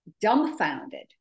dumbfounded